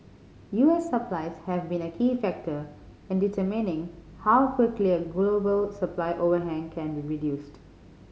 U S supplies have been a key factor in determining how quickly a global supply overhang can be reduced